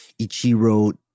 Ichiro